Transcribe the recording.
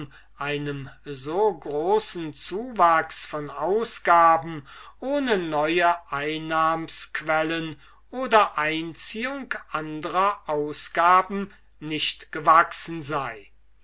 einem so großen zuwachs von ausgaben ohne neue einnahmequellen oder erziehung andrer ausgaben nicht gewachsen sei